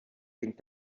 ging